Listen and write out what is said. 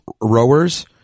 rowers